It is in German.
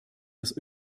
das